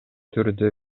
түрдө